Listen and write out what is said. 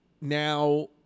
now